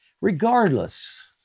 Regardless